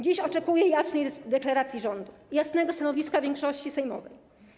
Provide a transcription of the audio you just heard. Dziś oczekuję jasnej deklaracji rządu, jasnego stanowiska większości sejmowej: